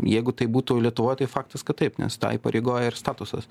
jeigu tai būtų lietuvoj tai faktas kad taip nes tą įpareigoja ir statusas